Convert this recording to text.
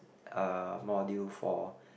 uh module for